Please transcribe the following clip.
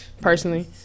Personally